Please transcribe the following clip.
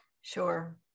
sure